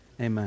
amen